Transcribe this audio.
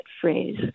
phrase